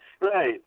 right